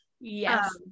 Yes